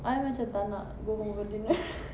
I macam tak nak go home for dinner